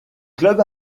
club